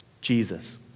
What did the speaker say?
Jesus